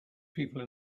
people